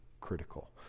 critical